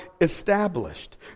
established